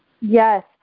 Yes